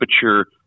temperature